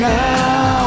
now